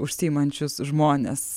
užsiimančius žmones